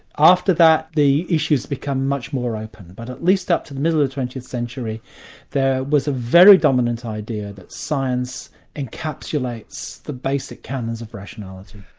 after that, the issues become much more open, but at least up to the middle of the twentieth century there was a very dominant idea that science encapsulates the basic canons of rationality.